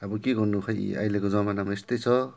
अब के गर्नु खै अहिलेको जमानामा यस्तै छ